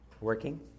working